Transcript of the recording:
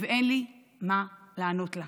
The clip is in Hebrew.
ואין לי מה לענות לה.